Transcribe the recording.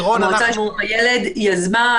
המועצה לשלום הילד יזמה,